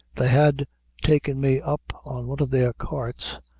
they had taken me up on one of their carts,